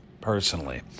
personally